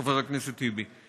חבר הכנסת טיבי.